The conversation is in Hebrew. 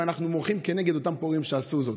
ואנחנו מוחים כנגד אותם פורעים שעשו זאת.